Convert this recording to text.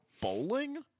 bowling